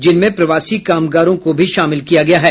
जिनमें प्रवासी कामगारों को भी शामिल किया गया है